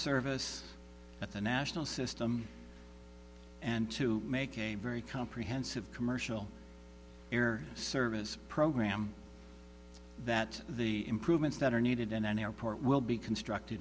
service at the national system and to make a very comprehensive commercial air service program that the improvements that are needed in an airport will be construct